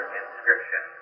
inscription